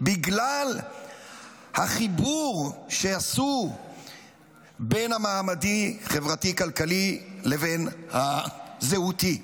בגלל החיבור שעשו בין המעמדי חברתי-כלכלי לבין הזהותי.